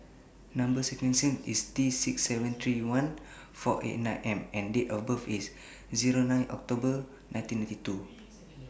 Number sequence IS T six seven three one four eight nine M and Date of birth IS Zero nine October nineteen ninety two